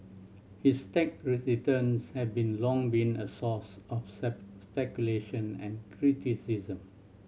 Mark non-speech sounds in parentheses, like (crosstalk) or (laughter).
his tax (unintelligible) returns have been long been a source of (unintelligible) speculation and criticism